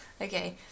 Okay